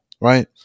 right